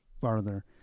farther